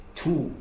two